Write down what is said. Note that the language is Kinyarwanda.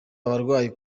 abarwaye